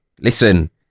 listen